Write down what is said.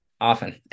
often